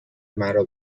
مرا